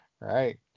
Right